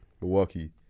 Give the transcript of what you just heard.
Milwaukee